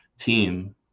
team